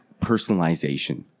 personalization